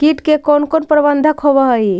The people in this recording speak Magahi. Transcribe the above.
किट के कोन कोन प्रबंधक होब हइ?